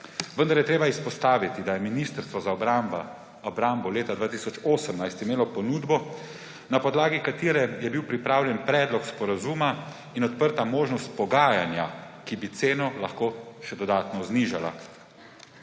Vendar je treba izpostaviti, da je Ministrstvo za obrambo leta 2018 imelo ponudbo, na podlagi katere je bil pripravljen predlog sporazuma in odprta možnost pogajanja, ki bi ceno lahko še dodatno znižala.